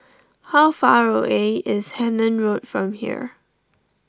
how far away is Hemmant Road from here